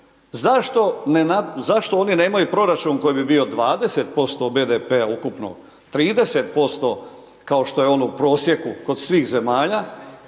Zašto oni nemaju proračun koji bi bio 20% BDP-a ukupnog, 30% kao što je on u prosjeku kod svih zemalja?